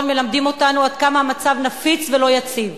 מלמדים אותנו עד כמה המצב נפיץ ולא יציב.